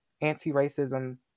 anti-racism